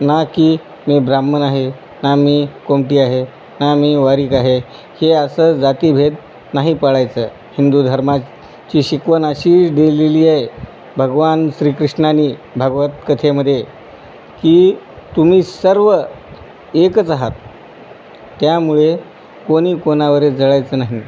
ना की मी ब्राह्मण आहे ना मी कोमटी आहे ना मी वारीक आहे हे असं जातीभेद नाही पाळायचं हिंदू धर्माची शिकवण अशी दिलेली आहे भगवान श्रीकृष्णाने भागवत कथेमध्ये की तुम्ही सर्व एकच आहात त्यामुळे कोणी कोणावरच जळायचं नाही